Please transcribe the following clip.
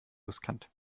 riskant